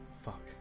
Fuck